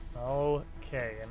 Okay